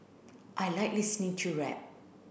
I like listening to rap